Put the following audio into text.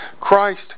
Christ